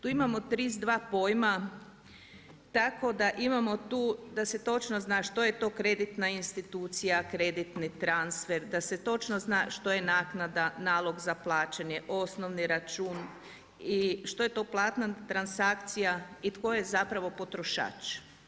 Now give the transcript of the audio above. Tu imamo 32 pojma tako da imamo tu da se točno zna što je to kreditna institucija, kreditni transfer, da se točno zna što je naknada, nalog za plaćanje, osnovni račun i što je to platna transakcija i tko je zapravo potrošač.